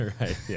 right